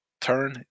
turn